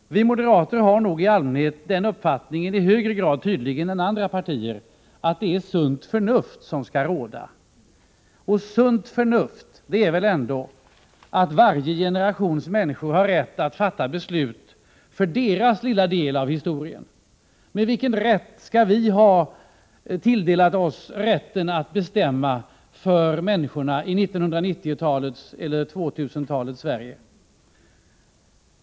Vi moderater har nog i allmänhet den uppfattningen, tydligen i högre grad än andra partier, att det är sunt förnuft som skall råda. Sunt förnuft innebär väl att varje generations människor har rätt att fatta beslut för deras lilla del av historien. Hur kan vi tilldela oss rätten att bestämma för människorna i 1990-talets eller 2000-talets Sverige?